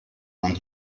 man